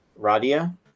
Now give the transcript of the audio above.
Radia